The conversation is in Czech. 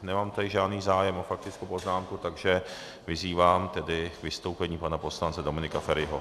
Nemám tady žádný zájem o faktickou poznámku, takže vyzývám tedy k vystoupení paní poslance Dominika Feriho.